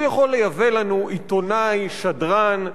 הוא יכול לייבא לנו עיתונאי, שדרן,